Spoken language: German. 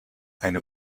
eine